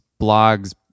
blogs